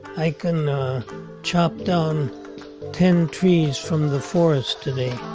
i can chop down ten trees from the forest today